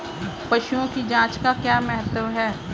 पशुओं की जांच का क्या महत्व है?